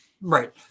right